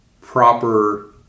proper